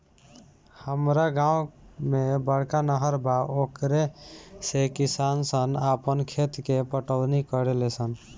हामरा गांव में बड़का नहर बा ओकरे से किसान सन आपन खेत के पटवनी करेले सन